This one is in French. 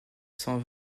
cent